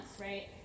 right